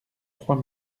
trois